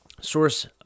source